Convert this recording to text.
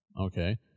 Okay